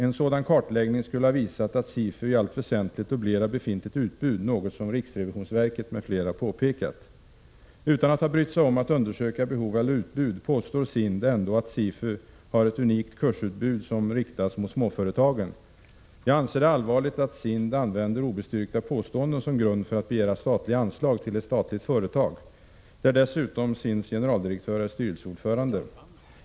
En sådan kartläggning skulle ha visat att SIFU i allt väsentligt dubblerar befintligt utbud, något som riksrevisionsverket m.fl. påpekat. Utan att ha brytt sig om att undersöka behov eller utbud, påstår SIND ändå att SIFU har ett unikt kursutbud som riktas mot småföretagen. Jag anser det allvarligt att SIND använder obestyrkta påståenden som grund för att begära statliga anslag till ett statligt företag, där dessutom SIND:s generaldirektör är styrelseordförande.